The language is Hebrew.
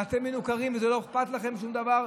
ואתם מנוכרים ולא אכפת לכם שום דבר.